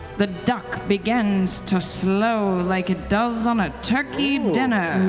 the duck begins to slow like it does on a turkey dinner.